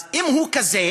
אז אם הוא כזה,